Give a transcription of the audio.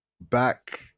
back